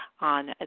on